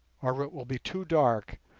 or it will be too dark,